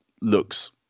looks